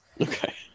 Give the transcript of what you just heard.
Okay